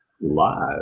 live